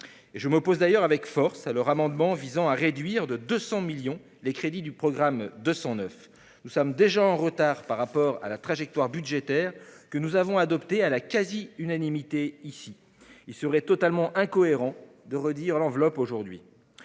Je m'oppose d'ailleurs avec force à leur amendement visant à réduire de 200 millions d'euros les crédits du programme 209. Nous sommes déjà en retard par rapport à la trajectoire budgétaire que la Haute Assemblée a adoptée à la quasi-unanimité : il serait totalement incohérent de réduire l'enveloppe aujourd'hui.